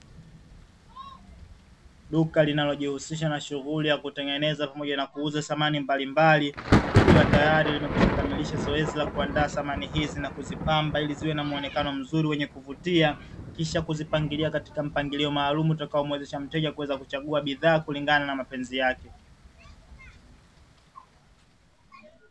Duka linalojihusisha na shughuli ya kutengeneza pamoja na kuuza samani mbalimbali likiwa tayari limekwisha kamilisha zoezi la kuandaa samani hizi na kuzipamba iliziwe na muonekano mzuri wenye kuvutia, kisha kuzipangilia katika mpangilio maalumu utakao muwezesha mteja kuweza kuchagua bidhaa kulingana na mapenzi yake.